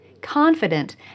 confident